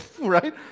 right